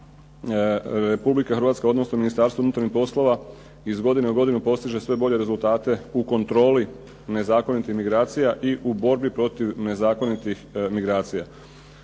Hrvatska, odnosno Ministarstvo unutarnjih poslova iz godine u godinu postiže sve bolje rezultate u kontroli nezakonitih migracija i u borbi protiv nezakonitih migracija.